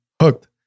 Hooked